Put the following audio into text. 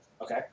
Okay